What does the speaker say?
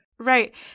Right